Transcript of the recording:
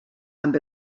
amb